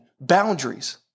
boundaries